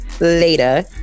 later